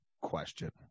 question